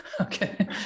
Okay